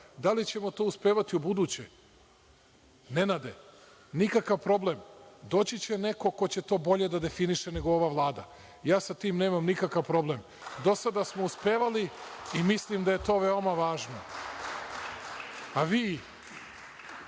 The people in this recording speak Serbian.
Da li ćemo to uspevati i u buduće? Nenade, nikakav problem, doći će neko ko će to bolje da definiše nego ova Vlada i ja sa tim nemam nikakav problem. Do sada smo uspevali i mislim da je to veoma važno.(Saša